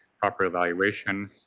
proper evaluation,